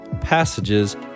passages